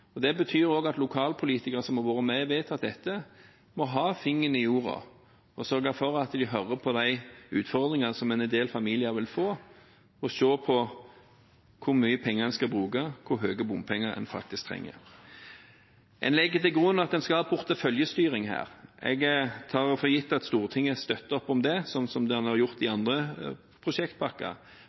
og det betyr også at lokalpolitikere som har vært med og vedtatt dette, må ha fingeren i jorda og sørge for at de hører på de utfordringene som en del familier vil få, og se på hvor mye penger en skal bruke, hvor høye bompenger en faktisk trenger. En legger til grunn at en skal ha porteføljestyring her. Jeg tar det for gitt at Stortinget støtter opp om det, slik som en har gjort i andre prosjektpakker,